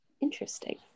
interesting